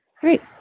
Great